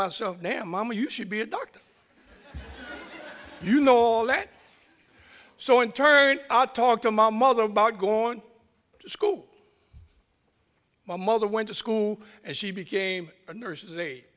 myself now mom you should be a doctor you know all that so in turn out talk to my mother about going to school my mother went to school and she became a nurse's aid